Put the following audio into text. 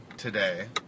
today